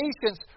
patience